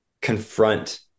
confront